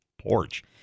porch